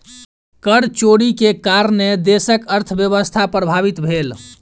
कर चोरी के कारणेँ देशक अर्थव्यवस्था प्रभावित भेल